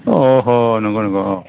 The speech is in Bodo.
अ अह नंगौ नंगौ औ